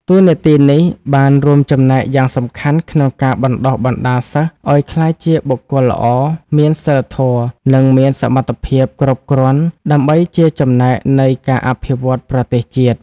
តួនាទីនេះបានរួមចំណែកយ៉ាងសំខាន់ក្នុងការបណ្តុះបណ្តាលសិស្សឱ្យក្លាយជាបុគ្គលល្អ មានសីលធម៌ និងមានសមត្ថភាពគ្រប់គ្រាន់ដើម្បីជាចំណែកនៃការអភិវឌ្ឈន៌ប្រទេសជាតិ។